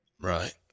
Right